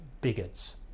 bigots